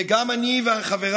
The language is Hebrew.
וגם אני וחבריי,